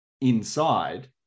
inside